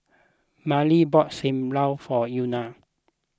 Miley bought Sam Lau for Euna